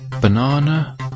banana